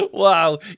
Wow